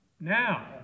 now